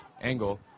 angle